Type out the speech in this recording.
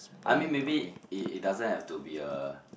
I mean maybe it it doesn't have to be a